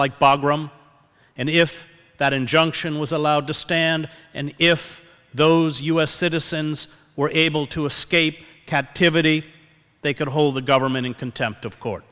graham and if that injunction was allowed to stand and if those u s citizens were able to escape captivity they could hold the government in contempt of court